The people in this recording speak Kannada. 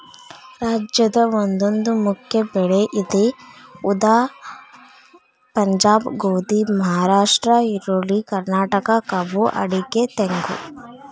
ರಾಜ್ಯದ ಒಂದೊಂದು ಮುಖ್ಯ ಬೆಳೆ ಇದೆ ಉದಾ ಪಂಜಾಬ್ ಗೋಧಿ, ಮಹಾರಾಷ್ಟ್ರ ಈರುಳ್ಳಿ, ಕರ್ನಾಟಕ ಕಬ್ಬು ಅಡಿಕೆ ತೆಂಗು